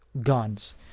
guns